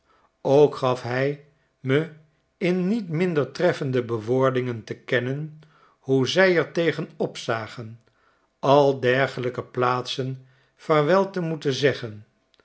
ook gaf hij me in niet minder treffende bewoordingen te kennen hoe zij er tegen opzagen al dergelijke plaatsen vaarwel te moeten zeggen